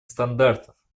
стандартов